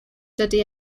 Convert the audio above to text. dydy